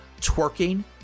twerking